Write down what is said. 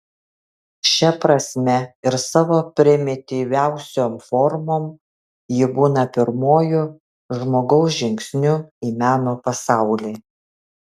šia prasme ir savo primityviausiom formom ji būna pirmuoju žmogaus žingsniu į meno pasaulį